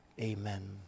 Amen